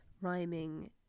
rhyming